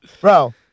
Bro